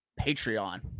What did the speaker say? Patreon